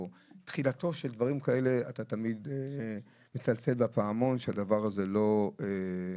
או תחילתם של דברים כאלה אתה תמיד מצלצל בפעמון שהדבר הזה לא יחזור.